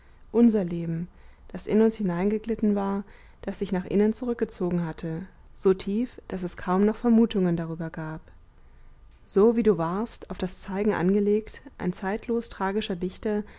unser leben das in uns hineingeglitten war das sich nach innen zurückgezogen hatte so tief daß es kaum noch vermutungen darüber gab so wie du warst auf das zeigen angelegt ein zeitlos tragischer dichter